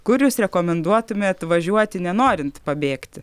kur jūs rekomenduotumėt važiuoti nenorint pabėgti